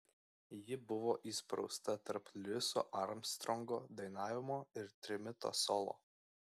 ji buvo įsprausta tarp luiso armstrongo dainavimo ir trimito solo